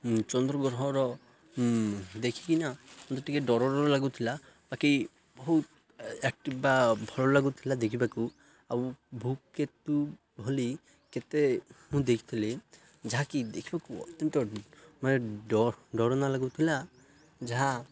ଚନ୍ଦ୍ରଗ୍ରହର ଦେଖିକିନା ମୋତେ ଟିକେ ଡ଼ରର ଲାଗୁଥିଲା ବାକି ବହୁତ ଆକ୍ଟିଭ୍ ବା ଭଲ ଲାଗୁଥିଲା ଦେଖିବାକୁ ଆଉ ଭୁକ୍ କେତୁ ଭଲି କେତେ ମୁଁ ଦେଖିଥିଲି ଯାହାକି ଦେଖିବାକୁ ଅତ୍ୟନ୍ତ ମାନେ ଡ଼ର୍ ଡ଼ର ନା ଲାଗୁଥିଲା ଯାହା